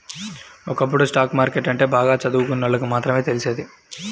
ఒకప్పుడు stock market అంటే బాగా చదువుకున్నోళ్ళకి మాత్రమే తెలిసేది